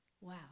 Wow